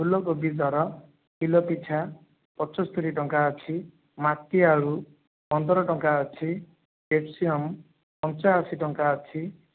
ଫୁଲକୋବି ଦର କିଲ ପିଛା ପଞ୍ଚସ୍ତରି ଟଙ୍କା ଅଛି ମାଟିଆଳୁ ପନ୍ଦର ଟଙ୍କା ଅଛି କ୍ୟାପ୍ସିକମ ପଞ୍ଚାଅଶୀ ଟଙ୍କା ଅଛି